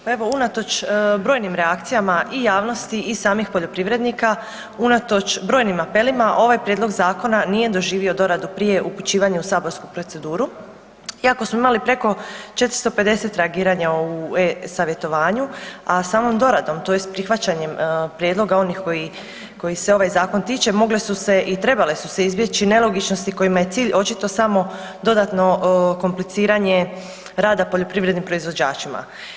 Pa evo unatoč brojnim reakcijama i javnosti i samih poljoprivrednika, unatoč brojnim apelima, ovaj prijedlog zakona nije doživio doradu prije uključivanja u saborsku proceduru iako smo imali preko 450 reagiranja u e-savjetovanju a samom doradom tj. prihvaćanjem prijedloga onih kojih se ovaj zakon tiče, mogle su se i trebale su se izbjeći nelogičnosti kojima je cilj očito samo dodatno kompliciranje rada poljoprivrednim proizvođačima.